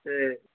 ते